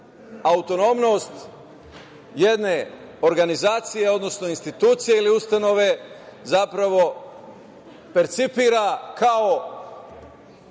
autonomnost jedne organizacije, odnosno institucije ili ustanove zapravo percipira kao